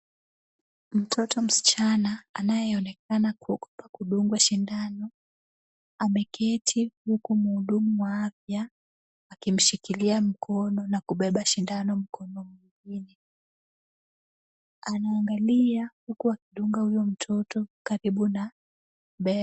Mtoto msichana anayeonekana kwa kudungwa sindano, ameketi huku mhudumu wa afya akimshikilia mkono na kubeba sindano mkono mwingine. Anaangalia huku akidunga huyo mtoto karibu na bega.